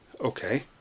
Okay